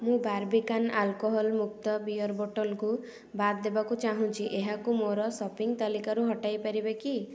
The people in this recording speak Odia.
ମୁଁ ବାର୍ବିକାନ ଆଲକୋହଲ୍ ମୁକ୍ତ ବିୟର୍ ବୋଟଲ୍କୁ ବାଦ୍ ଦେବାକୁ ଚାହୁଁଛି ଏହାକୁ ମୋର ସପିଂ ତାଲିକାରୁ ହଟାଇ ପାରିବେ କି